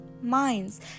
minds